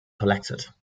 collected